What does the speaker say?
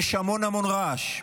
יש המון המון רעש,